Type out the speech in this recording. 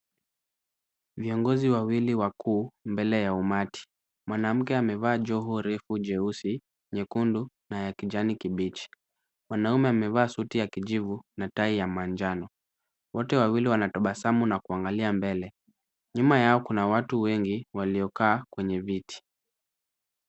Viongozi wawili wakuu mbele ya umati. Mwanamke amevaa joho refu jeusi, nyekundu na ya kijani kibichi. Mwanaume amevaa suti ya kijivu na tai ya manjano. Wote wawili wanatabasamu na kuangalia mbele. Nyuma yao kuna watu wengi waliokaa kwenye viti.